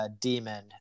demon